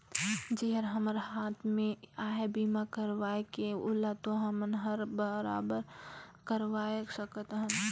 जेहर हमर हात मे अहे बीमा करवाये के ओला तो हमन हर बराबेर करवाये सकत अहन